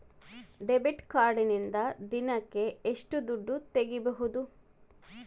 Debit ಕಾರ್ಡಿನಿಂದ ದಿನಕ್ಕ ಎಷ್ಟು ದುಡ್ಡು ತಗಿಬಹುದು?